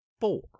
four